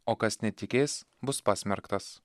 o kas netikės bus pasmerktas